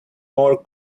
more